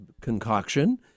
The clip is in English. concoction